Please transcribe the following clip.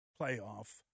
playoff